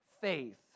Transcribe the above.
faith